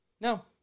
No